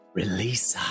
release